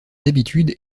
habitudes